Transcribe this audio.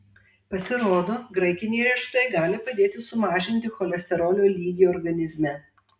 pasirodo graikiniai riešutai gali padėti sumažinti cholesterolio lygį organizme